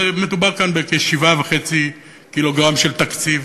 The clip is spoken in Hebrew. מדובר כאן בכ-7.5 קילוגרם של תקציב.